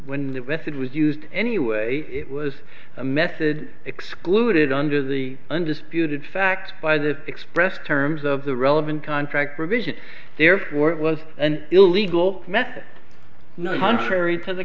message was used anyway it was a method excluded under the undisputed fact by the expressed terms of the relevant contract provision therefore it was an illegal no contrary to the